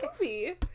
movie